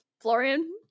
Florian